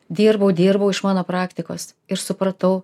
dirbau dirbau iš mano praktikos ir supratau